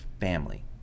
family